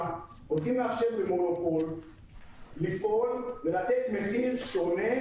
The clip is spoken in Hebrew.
הולכים לאפשר למונופול לפעול ולתת מחיר שונה